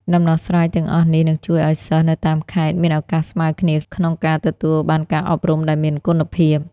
ដំណោះស្រាយទាំងអស់នេះនឹងជួយឱ្យសិស្សនៅតាមខេត្តមានឱកាសស្មើគ្នាក្នុងការទទួលបានការអប់រំដែលមានគុណភាព។